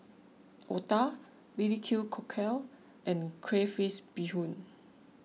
Otah B B Q Cockle and Crayfish BeeHoon